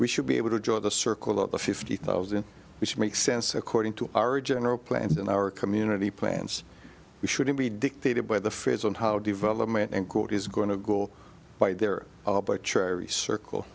we should be able to draw the circle of the fifty thousand which makes sense according to our general plan and in our community plans we shouldn't be dictated by the feds on how development and quote is going to go by there but cherry circle